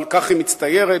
אבל כך היא מצטיירת,